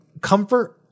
comfort